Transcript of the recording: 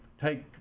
Take